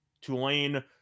Tulane